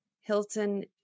Hilton